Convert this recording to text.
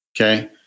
Okay